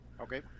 okay